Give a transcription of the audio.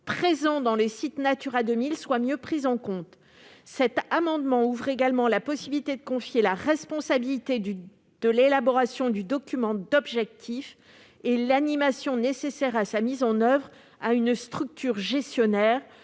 écologiques et sociétaux soient mieux pris en compte. Cet amendement ouvre également la possibilité de confier la responsabilité de l'élaboration du document d'objectifs et l'animation nécessaire à sa mise en oeuvre à une structure gestionnaire,